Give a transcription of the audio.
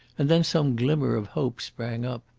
and then some glimmer of hope sprang up.